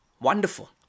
Wonderful